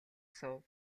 суув